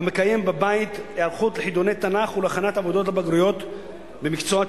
המקיים בבית היערכות לחידוני תנ"ך ולהכנת עבודות בגרות במקצוע התנ"ך,